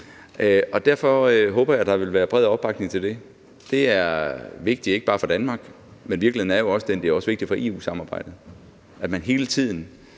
derfor håber jeg, der vil være bred opbakning til det. Det er vigtigt, ikke bare for Danmark, for virkeligheden er jo den, at det også er vigtigt for EU-samarbejdet, at man hele tiden